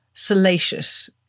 salacious